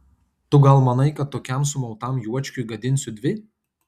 tu gal manai kad tokiam sumautam juočkiui gadinsiu dvi